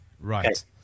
Right